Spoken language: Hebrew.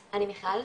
מיכל,